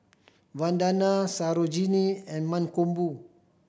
Vandana Sarojini and Mankombu